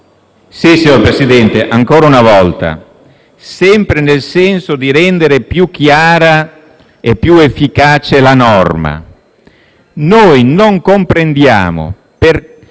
Signor Presidente, ancora una volta, sempre al fine di rendere più chiara e più efficace la norma, noi non comprendiamo per